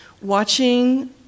Watching